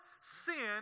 sin